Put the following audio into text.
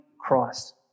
Christ